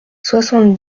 soixante